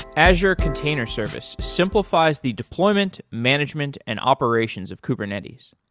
azure container service simplifies the deployment, management and operations of kubernetes.